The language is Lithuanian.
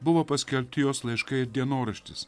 buvo paskelbti jos laiškai ir dienoraštis